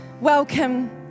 welcome